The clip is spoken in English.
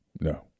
No